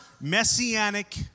messianic